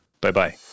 Bye-bye